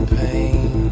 pain